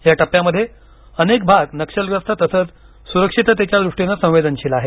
या टप्प्यामध्ये अनेक भाग नक्षलग्रस्त तसंच सुरक्षिततेच्या द्रष्टीने संवेदनशील आहेत